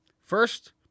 First